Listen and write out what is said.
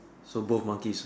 so both monkeys